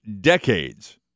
decades